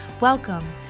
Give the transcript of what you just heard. Welcome